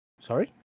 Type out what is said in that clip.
Sorry